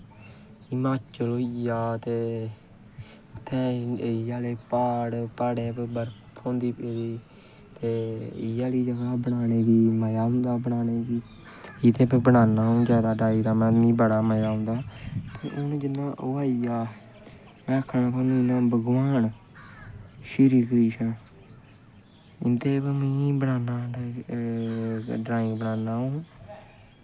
हिमाचल होइया उत्थै इ'यै जेह् प्हाड़ प्हाड़ें पर बर्फ होंदी पेदी ते इ'यै जेही बनाने गी मज़ा आंदा बनाने गी एह्दे पर बनाना अ'ऊं डायग्रमां मिगी बड़ा जैदा मजा आंदा हून जि'यां ओह् आइयैं में आक्खा ना भगवान श्री कृष्ण इं'दे पर में ड्राईंग बनाना